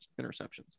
interceptions